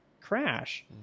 crash